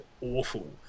awful